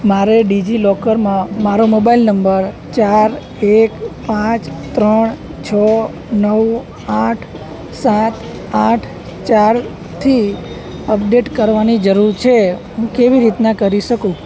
મારે ડિજિલોકરમાં મારો મોબાઈલ નંબર ચાર એક પાંચ ત્રણ છ નવ આઠ સાત આઠ ચારથી અપડેટ કરવાની જરૂર છે હું તે કેવી રીતે ન કરી શકું